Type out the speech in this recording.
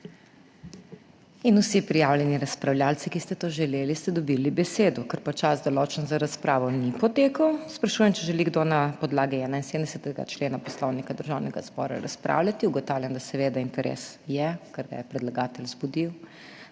Vsi prijavljeni razpravljavci, ki ste to želeli, ste dobili besedo. Ker pa čas, določen za razpravo, ni potekel, sprašujem, ali želi kdo na podlagi 71. člena Poslovnika Državnega zbora razpravljati. Ugotavljam, da interes seveda je, ker ga je predlagatelj vzbudil,